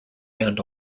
band